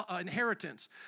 inheritance